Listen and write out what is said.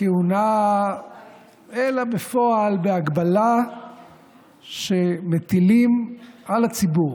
כהונה אלא בפועל בהגבלה שמטילים על הציבור,